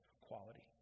quality